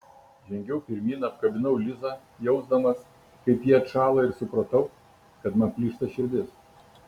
žengiau pirmyn apkabinau lizą jausdamas kaip ji atšąla ir supratau kad man plyšta širdis